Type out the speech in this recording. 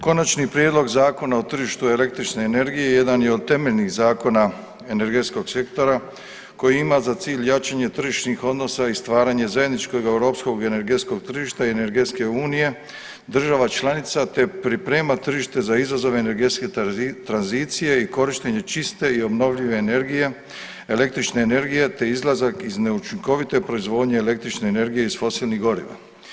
Konačni prijedlog Zakona o tržištu električne energije jedan je od temeljnih zakona energetskog sektora koji ima za cilj jačanje tržišnih odnosa i stvaranje zajedničkog europskog energetskog tržišta i energetske unije država članica, te priprema tržište za izazov energetske tranzicije i korištenje čiste i obnovljive energije, električne energije, te izlazak iz neučinkovite proizvodnje električne energije iz fosilnih goriva.